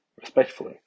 respectfully